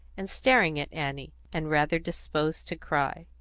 and staring at annie, and rather disposed to cry.